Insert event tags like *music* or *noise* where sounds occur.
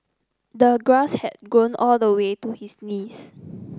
the grass had grown all the way to his knees *noise*